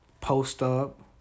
post-up